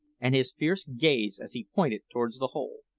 and his fierce gaze as he pointed towards the hole.